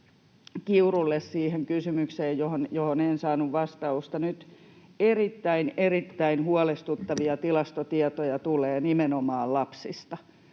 Kiurulle, johon en saanut vastausta. Nyt kun erittäin, erittäin huolestuttavia tilastotietoja tulee nimenomaan lapsista,